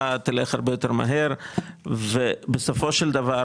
תלך הרבה יותר מהר ובסופו של דבר,